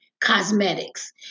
cosmetics